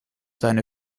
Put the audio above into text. seine